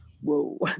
Whoa